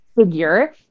figure